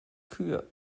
kühe